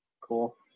Cool